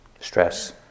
stress